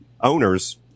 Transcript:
owners